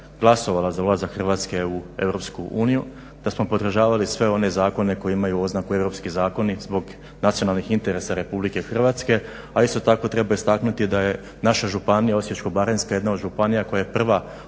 glasovala za ulazak Hrvatske u EU, da smo podržavali sve one zakone koji imaju oznaku europski zakoni zbog nacionalnih interesa RH, a isto tako treba istaknuti da je naša županija Osječko-baranjska jedna od županija koja je prva otvorila